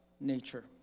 nature